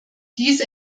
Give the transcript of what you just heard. diese